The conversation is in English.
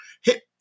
hit